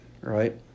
right